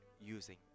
using